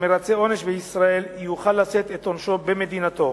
שמרצה עונש בישראל יוכל לשאת את עונשו במדינתו.